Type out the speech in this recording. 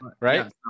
right